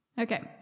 Okay